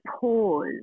pause